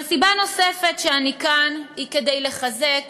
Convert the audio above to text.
אבל סיבה נוספת שאני כאן היא כדי לחזק